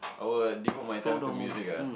I will devote my time to music ah